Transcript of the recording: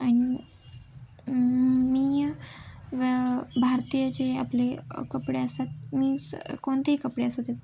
आणि मी व भारतीय जे आपले कपडे असतात मीन्स कोणतेही कपडे असूदेत